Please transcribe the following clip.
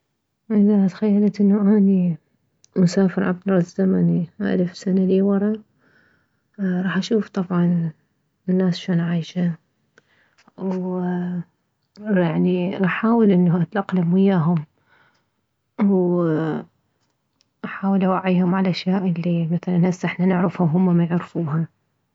اذا تخيلت انه اني مسافر عبر الزمن الف سنة ليوره راح اشوف طبعا الناس شلون عايشة ويعني احاول انه اتأقلم وياهم واحاول اوعيهم على الاشياء اللي مثلا هسه احنا نعرفه وهم ميعرفوها